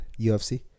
ufc